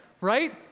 Right